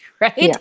right